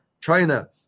China